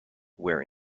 wear